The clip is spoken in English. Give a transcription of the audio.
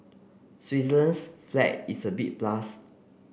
Switzerland's flag is a big plus